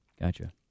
Gotcha